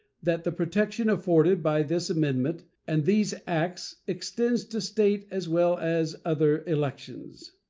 that the protection afforded by this amendment and these acts extends to state as well as other elections.